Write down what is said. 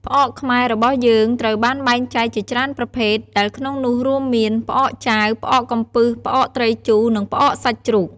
ផ្អកខ្មែររបស់យើងត្រូវបានបែងចែកជាច្រើនប្រភេទ ដែលក្នុងនោះ រួមមាន ផ្អកចាវ ផ្អកកំពឹស ផ្អកត្រីជូរ និង ផ្អកសាច់ជ្រូក។